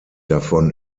davon